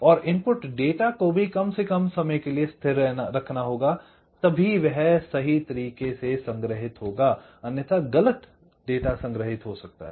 और input data को भी कम से कम समय के लिए स्थिर रखना होगा तभी वह सही तरीके से संग्रहित होगा अन्यथा गलत डेटा संग्रहित हो सकता है